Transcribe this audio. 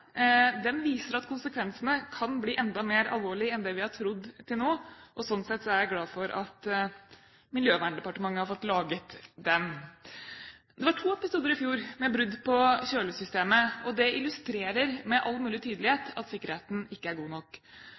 Den viser at konsekvensene kan bli enda mer alvorlige enn det vi har trodd til nå, og slik sett er jeg glad for at Miljøverndepartementet har fått laget den. Det var to episoder i fjor med brudd på kjølesystemet, og det illustrerer med all mulig tydelighet at sikkerheten ikke er god nok.